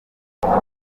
nasoje